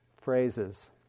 phrases